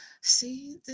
see